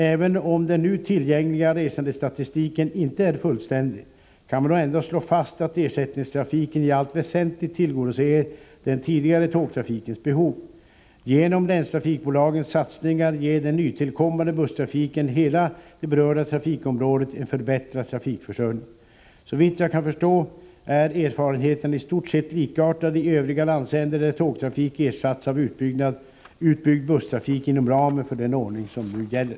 Även om den nu tillgängliga resandestatistiken inte är fullständig, kan man nog slå fast att ersättningstrafiken i allt väsentligt tillgodoser den tidigare tågtrafikens behov. Genom länstrafikbolagens satsningar ger den nytillkommande busstrafiken hela det berörda trafikområdet en förbättrad trafikförsörjning. Såvitt jag kan förstå är erfarenheterna i stort sett likartade i övriga landsändar där tågtrafik ersatts av utbyggd busstrafik inom ramen för den ordning som nu gäller.